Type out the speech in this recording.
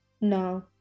no